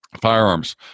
firearms